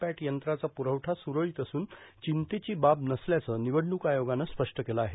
पॅट यंत्राचा पुरवठा सुरळीत असून चिंतेची बाब नसल्याचं निवडणूक आयोगानं स्पष्ट केलं आहे